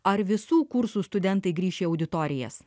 ar visų kursų studentai grįš į auditorijas